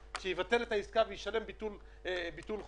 שיבטל את העסקה וישלם ביטול חוזה?